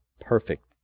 perfect